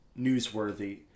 newsworthy